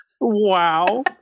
Wow